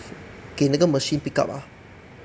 给那个 machine pick up ah